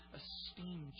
esteem